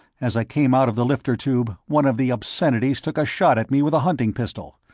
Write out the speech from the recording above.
as i came out of the lifter tube, one of the obscenities took a shot at me with a hunting pistol.